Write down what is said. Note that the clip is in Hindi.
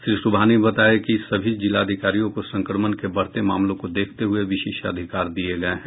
श्री सुबहानी ने बताया कि सभी जिलाधिकारियों को संक्रमण के बढ़ते मामलों को देखते हये विशेषाधिकार दिये गये हैं